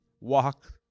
walk